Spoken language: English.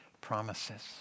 promises